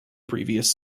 previous